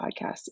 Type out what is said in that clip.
podcast